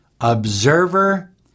observer